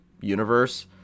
universe